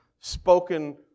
spoken